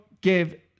give